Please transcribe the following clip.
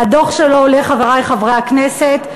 מהדוח שלו עולה, חברי חברי הכנסת,